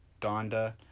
Donda